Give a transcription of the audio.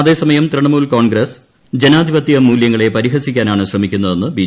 അതേസമയം തൃണമൂൽ കോൺഗ്രസ് ജനാധിപത്യ മൂല്യങ്ങളെ പരിഹസിക്കാനാണ് ശ്രമിക്കുന്നതെന്ന് ബി